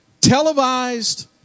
televised